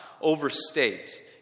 overstate